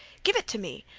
give it t' me!